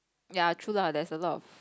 ya true lah there's a lot of